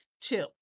Two